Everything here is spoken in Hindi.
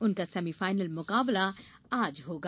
उनका सेमीफाइनल मुकाबला आज होगा